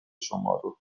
شمارو